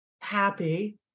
happy